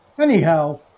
Anyhow